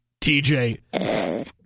TJ